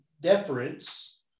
deference